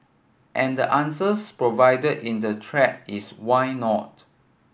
and answers provided in the thread is why not